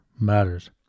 matters